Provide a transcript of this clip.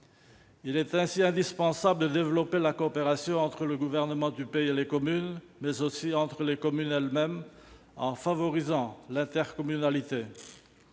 Il est ainsi indispensable de développer la coopération entre le gouvernement du pays et les communes, mais aussi entre les communes elles-mêmes, en favorisant l'intercommunalité.